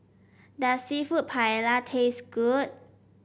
does seafood Paella taste good